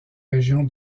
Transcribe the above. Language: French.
région